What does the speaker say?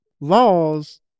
laws